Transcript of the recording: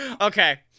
Okay